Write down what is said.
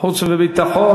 חוץ וביטחון.